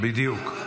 בדיוק.